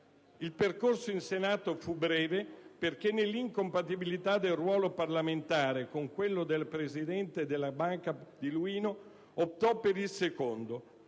Il percorso in Senato fu breve perché, nell'incompatibilità del ruolo parlamentare con quello di presidente della Banca di Luino, optò per il secondo,